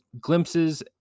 glimpses